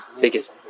biggest